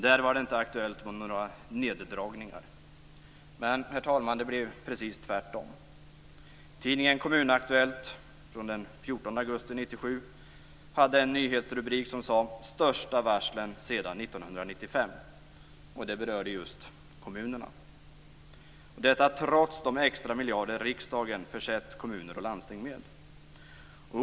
Där var det inte aktuellt med några neddragningar. Men det blev precis tvärtom. Tidningen Kommun-Aktuellt från den 14 augusti 1997 hade en nyhetsrubrik som sade: "Största varslen sedan 1995". Det berörde just kommunerna. Detta trots de extra miljarder riksdagen försett kommuner och landsting med.